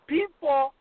People